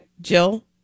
Jill